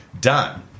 done